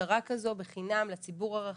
הכשרה כזאת בחינם, לציבור הרחב,